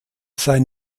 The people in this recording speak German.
sein